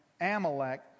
Amalek